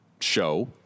show –